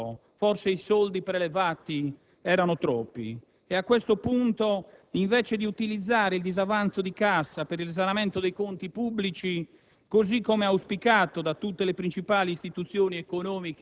si accorgeva di un particolare di non poco conto: forse i soldi prelevati erano troppi. E a questo punto, invece di utilizzare il disavanzo di cassa per il risanamento dei conti pubblici,